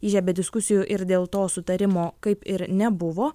įžiebė diskusijų ir dėl to sutarimo kaip ir nebuvo